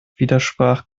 widersprach